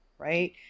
right